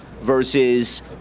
versus